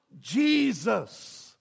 Jesus